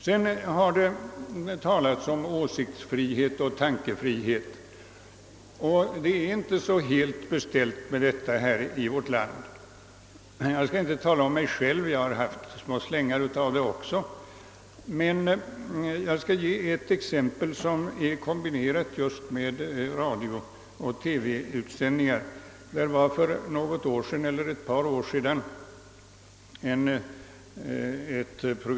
Här har också talats om åsiktsfrihet och tankefrihet. Det står inte så väl till i vårt land med friheten härvidlag. Jag skall inte beröra något fall där jag själv varit inblandad, vilket jag dock varit några gånger, men jag vill kommentera en TV-utsändning för något eller några år sedan där åsiktsfriheten enligt min mening förtrycktes.